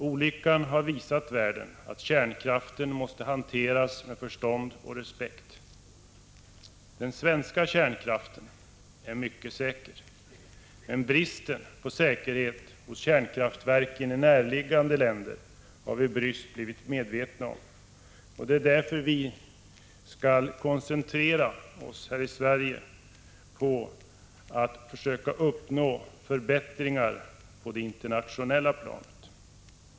Olyckan har visat världen att kärnkraften måste hanteras med förstånd och respekt. Den svenska kärnkraften är mycket säker. Men bristen på säkerhet hos kärnkraftverken i närliggande länder har vi bryskt blivit medvetna om, och det är därför vi skall koncentrera oss här i Sverige på att försöka uppnå förbättringar på det internationella planet.